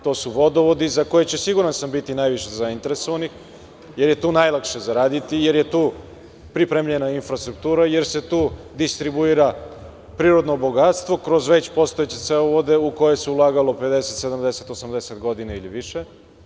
To su vodovodi za koje će, siguran sam, biti najviše zainteresovanih, jer je tu najlakše zaraditi, jer je tu pripremljena infrastruktura i jer se tu distribuira prirodno bogatstvo kroz već postojeće cevovode u koje se ulagalo 50, 70, 80 godina ili više.